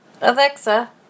Alexa